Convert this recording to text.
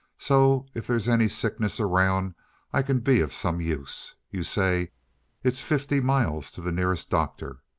so if there's any sickness around i can be of some use. you say it's fifty miles to the nearest doctor.